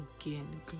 again